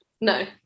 No